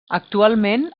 actualment